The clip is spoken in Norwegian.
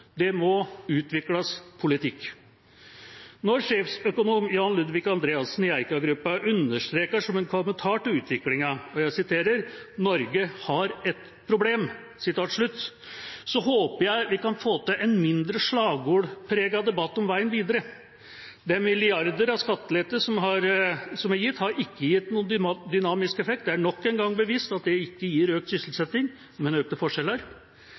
det må utvikles politikk. Når sjeføkonom Jan Ludvig Andreassen i Eika Gruppen understreker som en kommentar til utviklingen at «Norge har et problem», håper jeg vi kan få til en mindre slagordpreget debatt om veien videre. De milliardene av skattelette som er gitt, har ikke gitt noen dynamisk effekt. Det er nok en gang bevist at det ikke gir økt sysselsetting, men økte forskjeller.